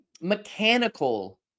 mechanical